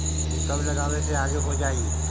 गेहूं कब लगावे से आगे हो जाई?